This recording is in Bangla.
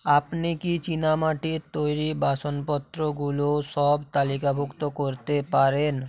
আপনি কি চীনামাটির তৈরি বাসনপত্রগুলো সব তালিকাভুক্ত করতে পারেন